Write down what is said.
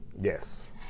yes